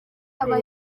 aba